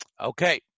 Okay